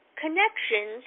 connections